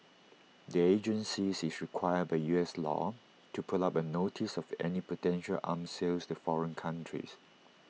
the agency is required by U S law to put up A notice of any potential arm sales to foreign countries